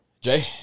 Jay